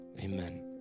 Amen